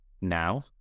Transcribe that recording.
now